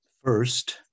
First